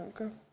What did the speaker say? okay